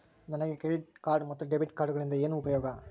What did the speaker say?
ನಮಗೆ credit card ಮತ್ತು debit ಕಾರ್ಡುಗಳಿಂದ ಏನು ಉಪಯೋಗ?